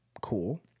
cool